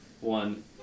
one